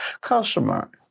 customer